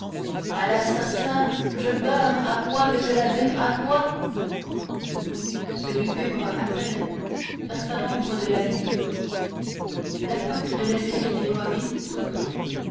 à l'assassin je meurs à moi monsieur l'abbé à moi ce lugubre appel perça l'ombre de la nuit la porte de l'escalier dérobé s'ouvrit